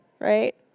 right